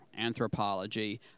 anthropology